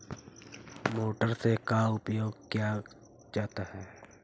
Motor से का उपयोग क्या जाता है?